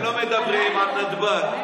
הם לא מדברים על נתב"ג,